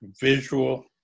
visual